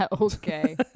okay